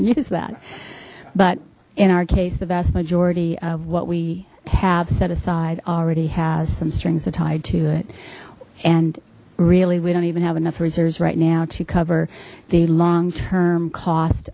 and use that but in our case the vast majority of what we have set aside already has some strings are tied to it and really we don't even have enough reserves right now to cover the long term cost